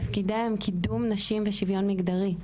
תפקידיה הם: קידום נשים ושוויון מגדרי,